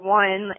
one